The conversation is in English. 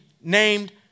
named